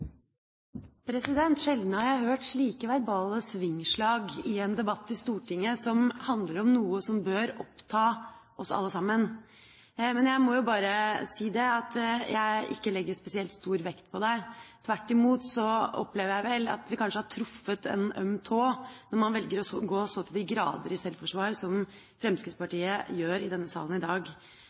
Sjelden har jeg hørt slike verbale svingslag i en debatt i Stortinget som handler om noe som bør oppta oss alle. Men jeg må bare si at jeg ikke legger spesielt stor vekt på dette. Tvert imot opplever jeg vel at vi kanskje har truffet en øm tå – når man velger å gå så til de grader i sjølforsvar som det Fremskrittspartiet gjør i denne salen i dag.